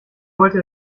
wollte